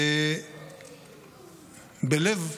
בלב ג'נין,